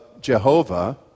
Jehovah